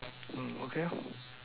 mm okay lor